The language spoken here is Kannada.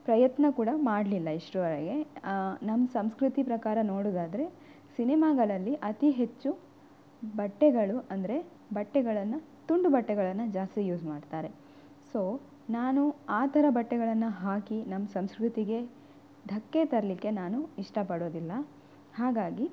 ಪ್ರಯತ್ನ ಕೂಡ ಮಾಡಲಿಲ್ಲ ಇಷ್ಟರವರೆಗೆ ನಮ್ಮ ಸಂಸ್ಕೃತಿ ಪ್ರಕಾರ ನೋಡುದಾದರೆ ಸಿನಿಮಾಗಳಲ್ಲಿ ಅತಿ ಹೆಚ್ಚು ಬಟ್ಟೆಗಳು ಅಂದರೆ ಬಟ್ಟೆಗಳನ್ನು ತುಂಡು ಬಟ್ಟೆಗಳನ್ನು ಜಾಸ್ತಿ ಯೂಸ್ ಮಾಡ್ತಾರೆ ಸೊ ನಾನು ಆ ಥರ ಬಟ್ಟೆಗಳನ್ನು ಹಾಕಿ ನಮ್ಮ ಸಂಸ್ಕೃತಿಗೆ ಧಕ್ಕೆ ತರಲಿಕ್ಕೆ ನಾನು ಇಷ್ಟಪಡೋದಿಲ್ಲ ಹಾಗಾಗಿ